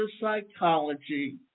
psychology